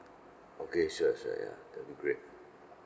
okay sure sure ya that will be great